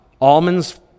Almonds